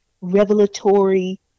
revelatory